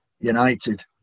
United